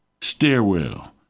stairwell